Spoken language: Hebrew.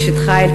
"אשת חיל",